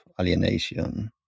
alienation